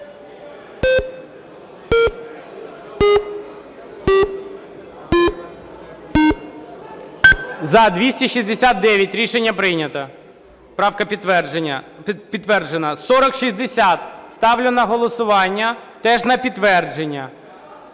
За-269 Рішення прийнято. Правка підтверджена. 4060. Ставлю на голосування теж на підтвердження.